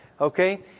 Okay